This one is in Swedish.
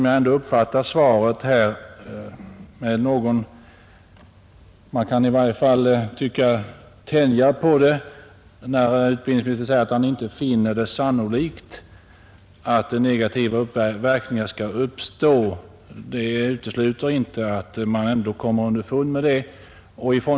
Jag uppfattar svaret så, att man kan tänja på det, då utbildningsministern säger att han inte finner det sannolikt att några negativa verkningar skulle uppstå. Detta utesluter inte att man ändå kan komma underfund med det.